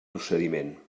procediment